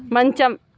మంచం